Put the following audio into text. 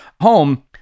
home